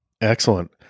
excellent